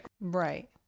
right